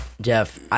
Jeff